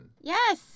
Yes